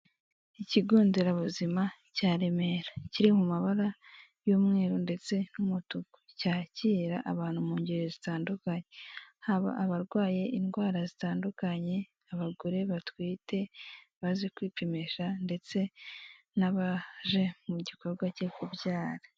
Ikigo nderabuzima cya Remera kiri mu mabara y'umweru ndetse n'umutuku. Cyakira abantu mu ngeri zitandukanye haba abarwaye indwara zitandukanye, abagore batwite, abaje kwipimisha, ndetse n'abaje mu gikorwa cyo kubyara.